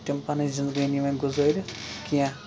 تِم پَنٕنۍ زندگٲنی وۄنۍ گُزٲرِتھ کیٚنہہ